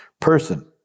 person